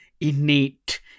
innate